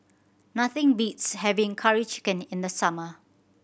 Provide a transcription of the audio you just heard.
nothing beats having Curry Chicken in the summer